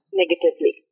negatively